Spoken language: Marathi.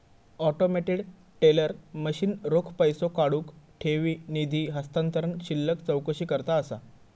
ऑटोमेटेड टेलर मशीन रोख पैसो काढुक, ठेवी, निधी हस्तांतरण, शिल्लक चौकशीकरता असा